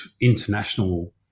international